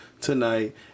Tonight